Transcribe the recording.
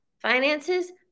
finances